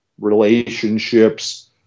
relationships